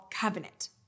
covenant